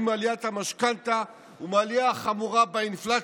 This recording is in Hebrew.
מעליית המשכנתה ומהעלייה החמורה באינפלציה.